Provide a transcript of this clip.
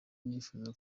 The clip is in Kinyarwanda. nifuza